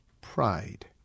pride